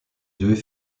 deux